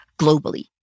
globally